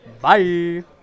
Bye